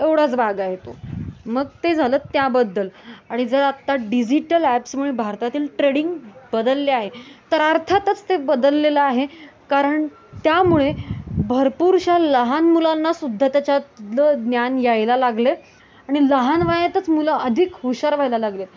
एवढाच भाग आहे तो मग ते झालं त्याबद्दल आणि जर आत्ता डिजिटल ॲप्समुळे भारतातील ट्रेडिंग बदलले आहे तर अर्थातच ते बदललेलं आहे कारण त्यामुळे भरपूरशा लहान मुलांनासुद्धा त्याच्यातलं ज्ञान यायला लागलं आणि लहान वयातच मुलं अधिक हुशार व्हायला लागली आहेत